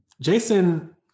Jason